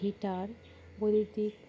heater বৈদ্যুতিক